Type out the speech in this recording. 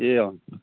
ए अँ